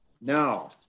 Now